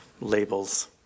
Labels